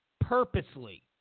purposely